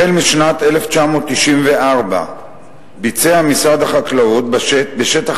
החל משנת 1994 ביצע משרד החקלאות בשטח